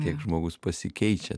kiek žmogus pasikeičia